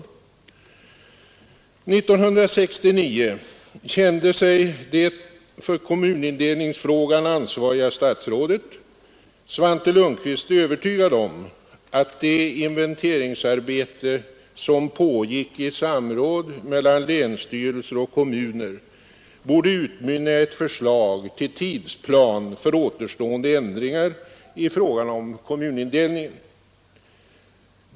1969 kände sig det för kommunindelningsfrågan ansvariga statsrådet Svante Lundkvist övertygad om att det inventeringsarbete som pågick i samråd mellan länsstyrelser och kommuner borde utmynna i ett förslag till tidsplan för återstående ändringar i fråga om kommunindelningen.